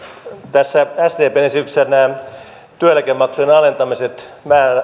tässä sdpn esityksessä nämä työeläkemaksujen alentamiset